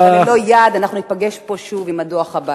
אבל ללא יעד אנחנו ניפגש פה שוב עם הדוח הבא.